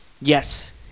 Yes